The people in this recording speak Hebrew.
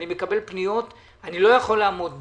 אני מקבל פניות שאני לא יכול לעמוד בהן.